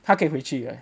他可以回去 leh